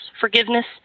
forgiveness